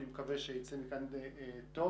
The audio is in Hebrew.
אני מקווה שייצא מכאן טוב.